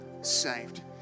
Saved